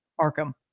Arkham